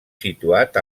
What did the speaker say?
situat